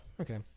Okay